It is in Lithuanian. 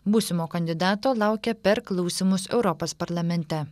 būsimo kandidato laukia per klausymus europos parlamente